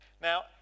Now